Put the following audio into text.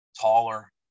taller